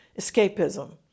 escapism